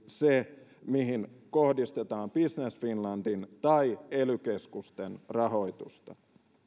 se mihin kohdistetaan business finlandin tai ely keskusten rahoitusta